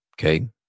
Okay